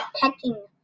pecking